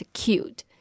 cute